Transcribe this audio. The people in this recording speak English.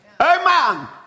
Amen